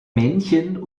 männchen